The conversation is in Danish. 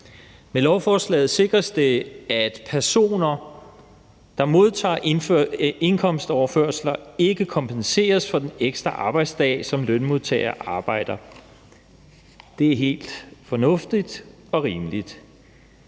Med lovforslaget sikres det, at personer, der modtager indkomstoverførsler, ikke kompenseres for den ekstra arbejdsdag, som lønmodtagere arbejder. Det er helt fornuftigt og rimeligt.